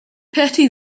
petty